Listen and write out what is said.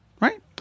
right